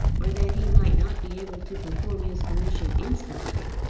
or that he might not be able to perform his commission instantly,